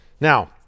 Now